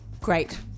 Great